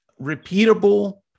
repeatable